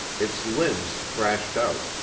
its limbs thrashed out,